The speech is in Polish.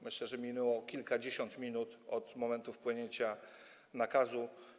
Myślę, że minęło kilkadziesiąt minut od momentu wpłynięcia nakazu.